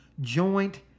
joint